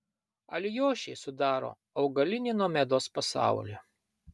alijošiai sudaro augalinį nomedos pasaulį